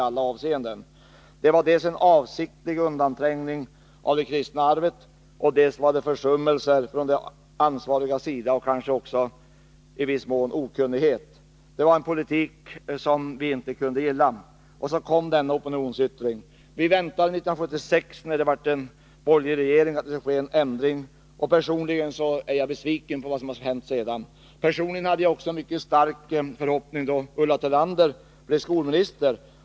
Det skedde dels en avsiktlig undanträngning av det kristna arvet, dels försummelser från de ansvarigas sida och kanske i viss mån okunnighet. Det fördes en politik som vi inte kunde gilla, och så kom denna opinionsyttring. När vi fick borgerlig regering 1976 väntade vi att det skulle ske en ändring. Personligen är jag besviken över vad som har hänt sedan. Jag hade mycket starka förhoppningar, när Ulla Tillander blev skolminister.